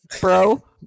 bro